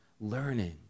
learning